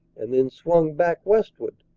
and then swung back westward,